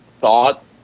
thought